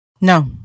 No